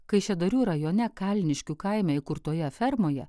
kaišiadorių rajone kalniškių kaime įkurtoje fermoje